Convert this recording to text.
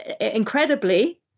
incredibly